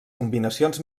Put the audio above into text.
combinacions